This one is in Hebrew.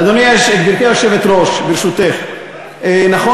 גברתי היושבת-ראש, ברשותך, נכון